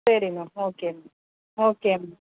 சரி ma'am okay ma'am okay ma'am